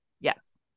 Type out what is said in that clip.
Yes